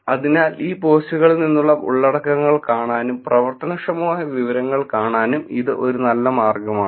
അതിനാൽ ഈ പോസ്റ്റുകളിൽ നിന്നുള്ള ഉള്ളടക്കങ്ങൾ കാണാനും പ്രവർത്തനക്ഷമമായ വിവരങ്ങൾ കാണാനും ഇത് ഒരു നല്ല മാർഗമാണ്